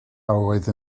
oedd